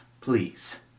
please